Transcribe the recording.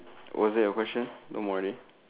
was that your question don't worry